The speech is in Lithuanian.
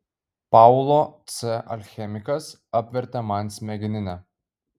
paulo c alchemikas apvertė man smegeninę